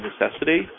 necessity